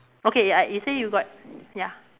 okay ya it say you got ya